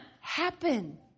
happen